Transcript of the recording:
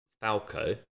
Falco